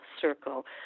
circle